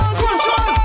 control